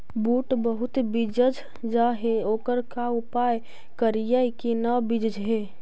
बुट बहुत बिजझ जा हे ओकर का उपाय करियै कि न बिजझे?